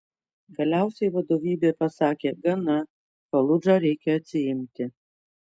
galiausiai vadovybė pasakė gana faludžą reikia atsiimti